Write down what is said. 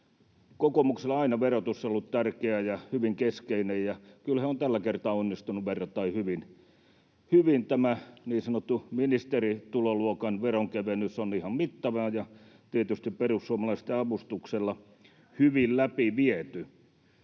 kokoomukselle aina verotus on ollut tärkeä ja hyvin keskeinen, ja kyllä he ovat tällä kertaa onnistuneet verrattaen hyvin. Tämä niin sanottu ministerituloluokan veronkevennys on ihan mittava ja tietysti perussuomalaisten avustuksella hyvin läpi viety.